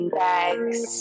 bags